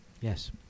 Yes